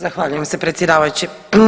Zahvaljujem se predsjedavajući.